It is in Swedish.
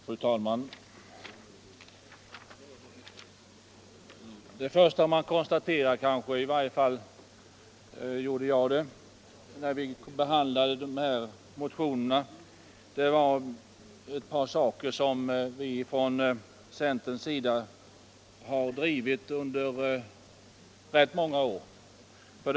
Fru talman! Det första man kan konstatera 1 detta betänkande är en positiv behandling av ett par saker som vi från centerns sida har drivit under flera år.